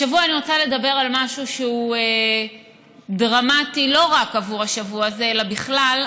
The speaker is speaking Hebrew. השבוע אני רוצה לדבר על משהו שהוא דרמטי לא רק עבור השבוע הזה אלא בכלל,